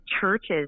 churches